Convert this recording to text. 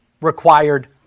required